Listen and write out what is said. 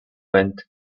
went